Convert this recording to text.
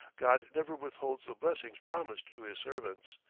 god never withholds the blessings promised to his servants.